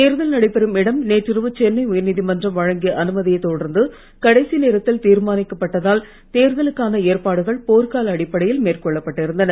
தேர்தல் நடைபெறும் இடம் நேற்றிரவு சென்னை உயர்நீதிமன்றம் வழங்கிய அனுமதியை தொடர்ந்து கடைசி நேரத்தில் தீர்மானிக்கப்பட்டதால் தேர்தலுக்கான ஏற்பாடுகள் போர் கால அடிப்படையில் மேற்கொள்ளப்பட்டு இருந்தன